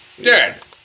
Dead